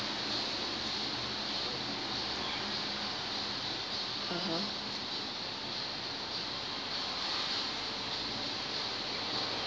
(uh huh)